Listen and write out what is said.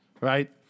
right